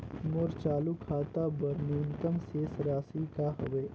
मोर चालू खाता बर न्यूनतम शेष राशि का हवे?